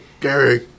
Gary